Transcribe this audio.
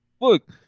Look